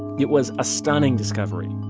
it was a stunning discovery.